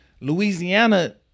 Louisiana